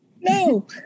No